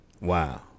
Wow